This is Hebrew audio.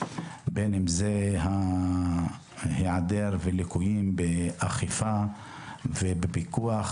בין אם זה היעדר וליקויים באכיפה ובפיקוח,